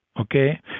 okay